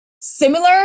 Similar